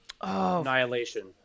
Annihilation